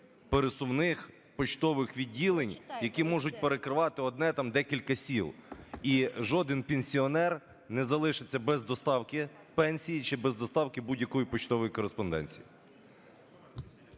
пересувних поштових відділень, які можуть перекривати одне, там, декілька сіл, і жоден пенсіонер не залишиться без доставки пенсії чи без доставки будь-якої поштової кореспонденції.